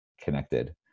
connected